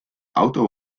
auto